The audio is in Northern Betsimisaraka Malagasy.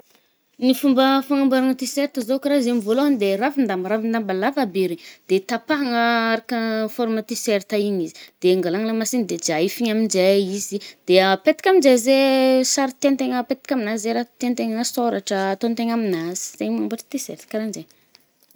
Ny fomba fanamboàragna ti-serta zao karahaha zy amy vôlohagny de ravin-damba, ravin-damba lava be regny. De tapahagna araka ny forma ti-serta igny izy. De gnàlagna lamasigny de jaefigny aminje izy i. De apetka aminje zay sary tiàntegna apetka aminazy, zay raha tiàntegna asôratra ah, atôntegna aminazy. zaigny mambôtra ti-serta, karanje.